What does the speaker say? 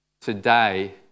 today